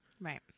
Right